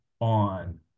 on